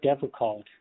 difficult